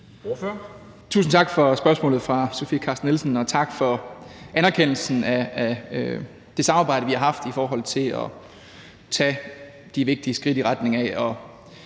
Tusind tak for spørgsmålet fra Sofie Carsten Nielsen, og tak for anerkendelsen af det samarbejde, vi har haft i forhold til at tage de vigtige skridt i retning af